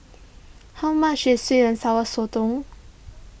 how much is Sweet and Sour Sotong